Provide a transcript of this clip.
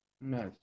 Nice